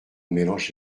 mélange